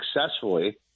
successfully